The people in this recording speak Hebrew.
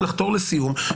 לחתור לסיום,